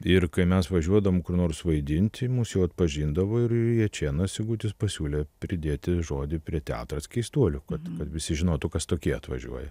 ir kai mes važiuodavom kur nors vaidinti mus jau atpažindavo ir jačėnas sigutis pasiūlė pridėti žodį prie teatras keistuolių kadkad visi žinotų kas tokie atvažiuoja